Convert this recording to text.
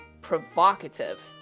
provocative